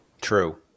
True